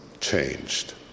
changed